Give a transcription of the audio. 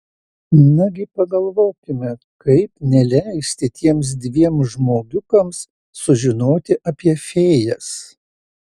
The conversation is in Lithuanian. nagi pagalvokime kaip neleisti tiems dviem žmogiukams sužinoti apie fėjas